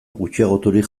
gutxiagoturik